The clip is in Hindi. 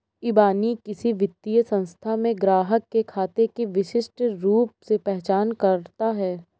इबानी किसी वित्तीय संस्थान में ग्राहक के खाते की विशिष्ट रूप से पहचान करता है